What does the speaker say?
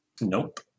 Nope